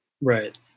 Right